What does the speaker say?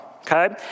okay